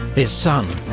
his son,